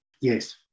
Yes